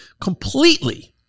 completely